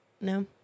No